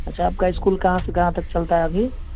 अच्छा आपका इस्कूल कहाँ से कहाँ तक चलता है अभी